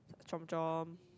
Chomp Chomp